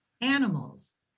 Animals